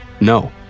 No